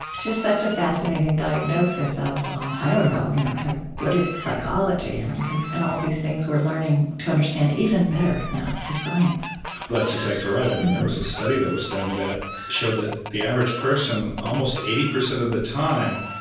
which is such a fascinating diagnosis of you know you know kind of buddhist psychology um and kind of and all these things we're learning to understand even better now through science that's exactly right. and there was a study that was done that showed that the average person, almost eighty percent of the time,